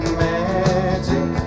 magic